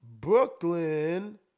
Brooklyn